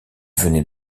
venait